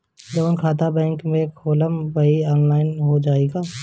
जवन खाता बैंक में खोलम वही आनलाइन हो जाई का?